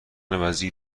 وزیر